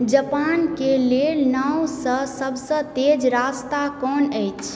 जापानके लेल नावसँ सबसँ तेज रास्ता कोन अछि